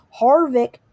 harvick